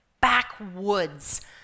backwoods